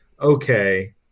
Okay